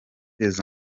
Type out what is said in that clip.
des